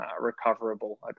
recoverable